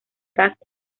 gas